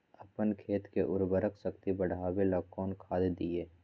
अपन खेत के उर्वरक शक्ति बढावेला कौन खाद दीये?